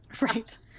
Right